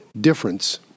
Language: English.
difference